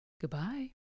Goodbye